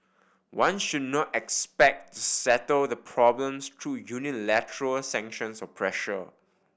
one should not expect to settle the problems through unilateral sanctions or pressure